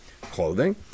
clothing